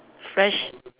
fresh